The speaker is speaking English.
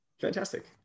Fantastic